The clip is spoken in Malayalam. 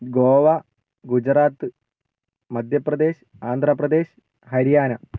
ഗോവ ഗുജറാത്ത് മധ്യപ്രദേശ് ആന്ധ്രാപ്രദേശ് ഹരിയാന